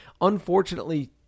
Unfortunately